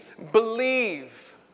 Believe